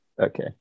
Okay